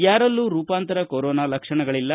ಯಾರಲ್ನೂ ರೂಪಾಂತರ ಕೊರೋನಾ ಲಕ್ಷಣಗಳಲ್ಲ